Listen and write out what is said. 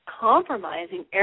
compromising